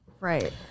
Right